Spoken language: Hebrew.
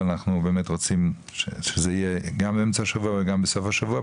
ואנחנו באמת רוצים שזה יהיה גם באמצע שבוע וגם בסוף השבוע,